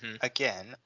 Again